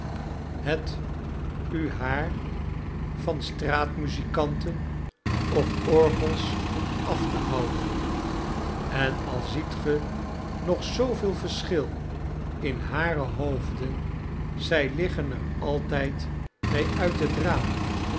zijnzetikhet u haar van straatmuzikanten of orgelsaftehouden eh al ziet ge nog zooveel verschil in hare hoofden zy liggen er altyd mee uit het raam